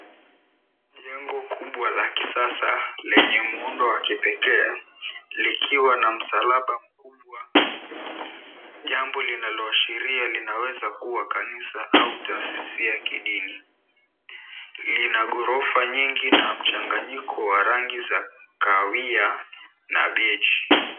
Jengo kubwa la kisasa lenye muundo wa kipekee likiwa na msalaba mkubwa jambo linaloashiria linaweza kuwa kanisa au taasisi ya kidini. Lina ghorofa nyingi na mchanganyiko wa rangi za kahawia na beige .